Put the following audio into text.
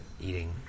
eating